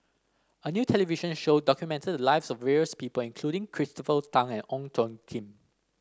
a new television show documented the lives of various people including Christopher Tan and Ong Tjoe Kim